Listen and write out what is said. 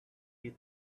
you